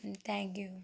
thank you